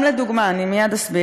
אני לא חושבת